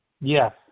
Yes